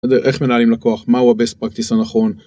איך מנהלים לקוח מהו הבסט פרקטיס הנכון.